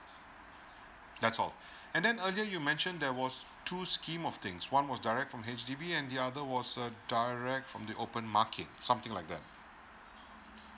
that's all and then earlier you mentioned there was two scheme of things one was direct from H_D_B and the other was a direct from the open market something like that